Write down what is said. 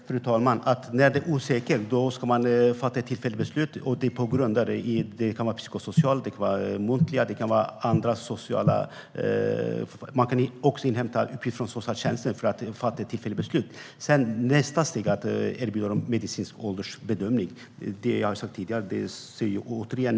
Fru talman! Först vill jag återigen säga att man ska fatta ett tillfälligt beslut om man är osäker, och det kan fattas på till exempel psykosociala eller andra sociala grunder, eller muntliga samtal. Man kan inhämta uppgifter från socialtjänsten för att fatta ett tillfälligt beslut. Nästa steg är att erbjuda medicinsk åldersbedömning. Jag har sagt det tidigare, och jag säger det återigen.